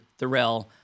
Thorell